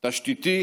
תשתיתי,